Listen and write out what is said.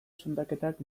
zundaketak